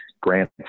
grant